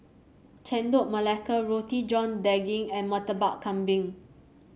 Chendol Melaka Roti John Daging and Murtabak Kambing